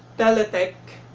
teletech,